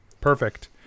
Perfect